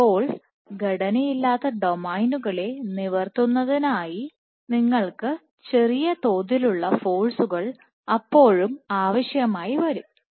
അപ്പോൾ ഘടനയില്ലാത്ത ഡൊമൈനുകളെ നിവർത്തുന്നതിനായി നിങ്ങൾക്ക് ചെറിയതോതിലുള്ള ഫോഴ്സുകൾ അപ്പോഴും ആവശ്യമായി വരും